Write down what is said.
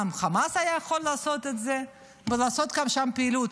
גם חמאס היה יכול לעשות את זה וגם לעשות שם פעילות.